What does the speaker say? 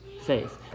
faith